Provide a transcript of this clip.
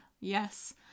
yes